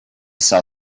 sell